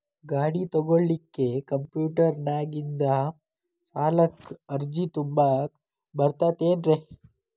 ಗಾಡಿ ತೊಗೋಳಿಕ್ಕೆ ಕಂಪ್ಯೂಟೆರ್ನ್ಯಾಗಿಂದ ಸಾಲಕ್ಕ್ ಅರ್ಜಿ ತುಂಬಾಕ ಬರತೈತೇನ್ರೇ?